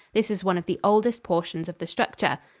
this is one of the oldest portions of the structure.